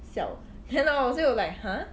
笑 then hor 我就 like !huh!